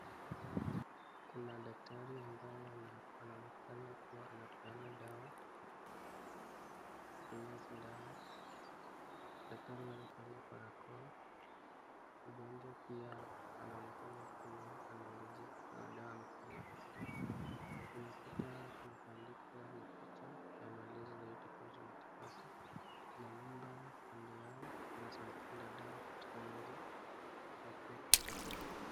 Kuna daktari ambaye anaonekana kuwa anapeana dawa kutumia sindano, daktari huyu amevalia parakoa, mgonjwa pia anaonekana kuwa anangojea kupewa dawa na amevalia kofia, kwenye ukuta kuna imeandikwa ama picha ya maelezo zidi kuhusu matibabu, kuna nyumba kando yao, kuna sanduku la dawa na pia kitu cha kuweka taka.